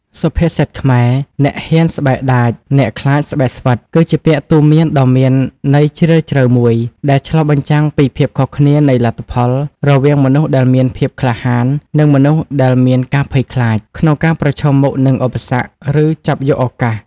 សុភាសិតខ្មែរ អ្នកហ៊ានស្បែកដាច អ្នកខ្លាចស្បែកស្វិត គឺជាពាក្យទូន្មានដ៏មានន័យជ្រាលជ្រៅមួយ ដែលឆ្លុះបញ្ចាំងពី ភាពខុសគ្នានៃលទ្ធផល រវាងមនុស្សដែលមាន ភាពក្លាហាន និងមនុស្សដែល មានការភ័យខ្លាច ក្នុងការប្រឈមមុខនឹងឧបសគ្គ ឬចាប់យកឱកាស។